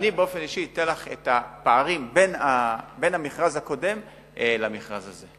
ואני באופן אישי אתן לך את הפערים בין המכרז הקודם למכרז הזה.